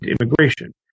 immigration